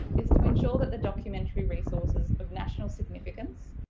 is to ensure that the documentary resources of national significance,